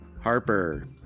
Harper